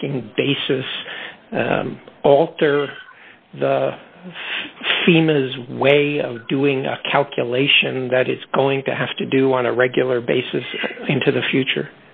looking basis alter the schemas way of doing a calculation that is going to have to do on a regular basis into the future